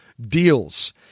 deals